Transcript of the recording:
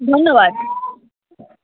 ধন্যবাদ